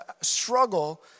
struggle